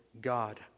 God